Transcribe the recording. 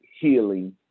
healing